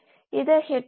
നമ്മൾ ഇത് കാണുന്നത്